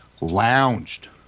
lounged